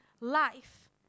life